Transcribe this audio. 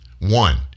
One